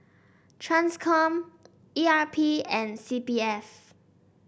Transcom E R P and C P F